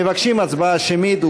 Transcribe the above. מבקשים הצבעה שמית,